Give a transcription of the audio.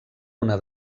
una